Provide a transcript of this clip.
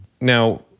Now